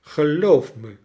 geloof me